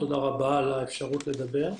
תודה רבה על האפשרות לדבר.